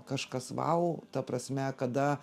kažkas vau ta prasme kada